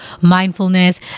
mindfulness